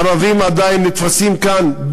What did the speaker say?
הערבים עדיין נתפסים כאן,